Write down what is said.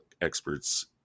Experts